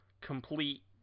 complete